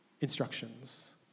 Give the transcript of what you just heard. instructions